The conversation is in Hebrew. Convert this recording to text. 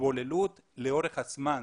התבוללות לאורך הזמן.